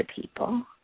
people